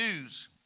news